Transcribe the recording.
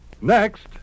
Next